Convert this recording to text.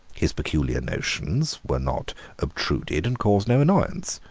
his peculiar notions were not obtruded, and caused no annoyance.